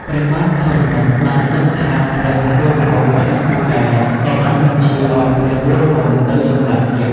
ព្រះបាទធរណិតបានដឹងថាព្រះវរវង្សខ្លាំងពូកែ ក៏បានបញ្ជាឱ្យព្រះវរវង្សទៅសម្លាប់យក្ស។